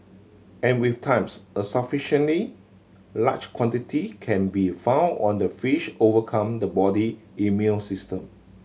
and with times a sufficiently large quantity can be found on the fish overcome the body immune system